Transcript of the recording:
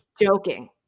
joking